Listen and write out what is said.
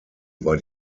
war